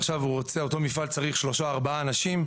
עכשיו אותו מפעל צריך שלושה-ארבעה אנשים,